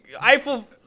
Eiffel